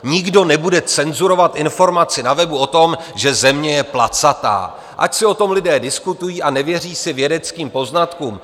Nikdo nebude cenzurovat informaci na webu o tom, že Země je placatá, ať si o tom lidé diskutují a nevěří si vědeckým poznatkům.